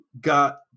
got